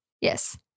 Yes